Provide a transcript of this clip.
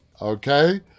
Okay